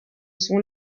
son